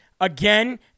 again